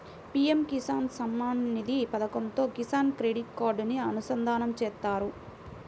PM Kisan Samman Nidhi పథకంతో Kisan credit కార్డుని అనుసంధానం చేత్తారు